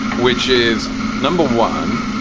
which is number one,